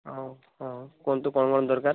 ହଉ ହଁ କୁହନ୍ତୁ କ'ଣ କ'ଣ ଦରକାର